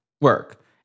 Work